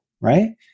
right